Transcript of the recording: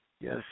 Yes